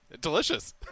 Delicious